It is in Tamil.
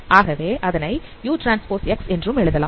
ஆகவே அதனை uTx என்று எழுதலாம்